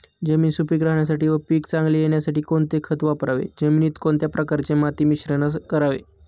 जमीन सुपिक राहण्यासाठी व पीक चांगले येण्यासाठी कोणते खत वापरावे? जमिनीत कोणत्या प्रकारचे माती मिश्रण करावे?